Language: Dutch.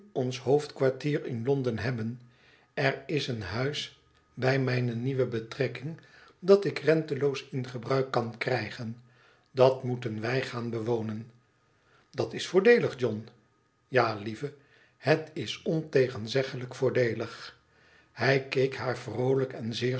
ons hoofdkwartier in londen hebben er is een huis bij mijne nieuwe betrekking dat ik renteloos in gebruik kan krijgen dat moeten wij gaan bewonen idat is voordeelig john f ja lieve het is ontegenzeglijk voordeelig hij keek haar vroolijk en zeer